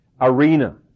arena